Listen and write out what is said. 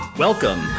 Welcome